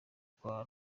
kwa